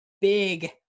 big